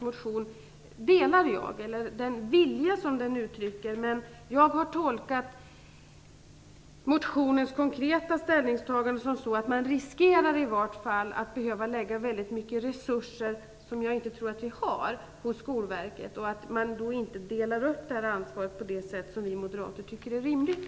Jag delar alltså den vilja som uttrycks i Inger Davidsons motion, men jag har tolkat motionens konkreta ställningstagande som att det kan innebära en risk för att man behöver lägga väldigt mycket resurser på Skolverket, som jag inte tror finns. Ansvaret delas inte upp på det sätt som vi moderater tycker är rimligt.